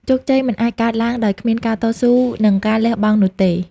ជោគជ័យមិនអាចកើតឡើងដោយគ្មានការតស៊ូ និងការលះបង់នោះទេ។